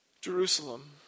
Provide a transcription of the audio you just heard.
Jerusalem